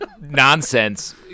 nonsense